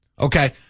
Okay